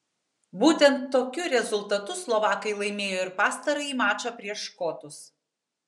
būtent tokiu rezultatu slovakai laimėjo ir pastarąjį mačą prieš škotus